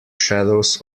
shadows